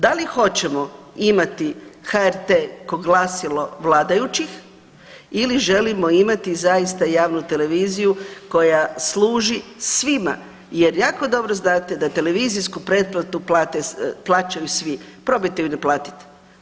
Da li hoćemo imati HRT kao glasilo vladajućih ili želimo imati zaista javnu televiziju koja služi svima, jer jako dobro znate da televizijsku pretplatu plaćaju svi, probajte ju ne platiti.